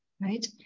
Right